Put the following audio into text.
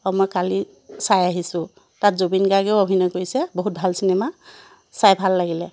আৰু মই কালি চাই আহিছোঁ তাত জুবিন গাৰ্গেও অভিনয় কৰিছে বহুত ভাল চিনেমা চাই ভাল লাগিলে